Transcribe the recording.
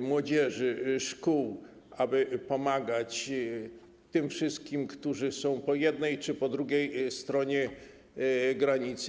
młodzieży, szkół, aby pomagać tym wszystkim, którzy są po jednej czy po drugiej stronie granicy.